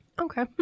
Okay